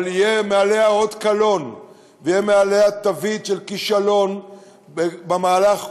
אבל יהיה עליה אות קלון ותהיה עליה תווית של כישלון במהלך כולו,